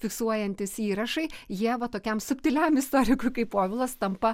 fiksuojantys įrašai jie va tokiam subtiliam istorikui kaip povilas tampa